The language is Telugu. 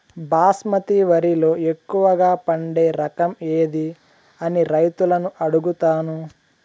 బాస్మతి వరిలో ఎక్కువగా పండే రకం ఏది అని రైతులను అడుగుతాను?